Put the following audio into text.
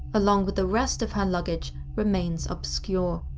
along with the rest of her luggage, remains obscure.